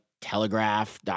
Telegraph